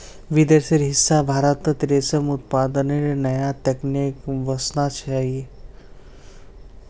विदेशेर हिस्सा भारतत रेशम उत्पादनेर नया तकनीक वसना चाहिए